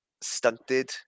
stunted